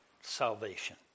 salvation